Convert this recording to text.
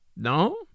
No